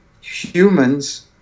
Humans